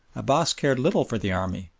abbass cared little for the army,